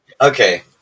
Okay